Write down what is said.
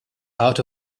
out